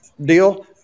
deal